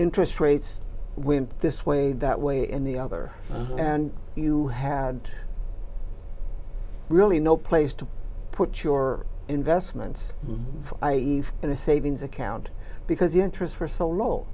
interest rates when this way that way in the other and you had really no place to put your investments i eve in a savings account because interest for so low